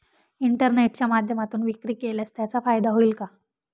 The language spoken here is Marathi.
इंटरनेटच्या माध्यमातून विक्री केल्यास त्याचा फायदा होईल का?